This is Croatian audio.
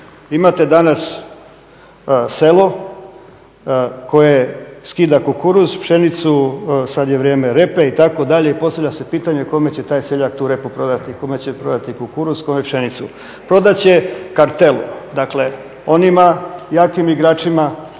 Imate danas selo koje skida kukuruz, pšenicu, sada je vrijeme repe itd., i postavlja se pitanje kome će taj seljak tu repu prodati, kome će prodati kukuruz, kome pšenicu. Prodati će kartelu. Dakle onima jakim igračima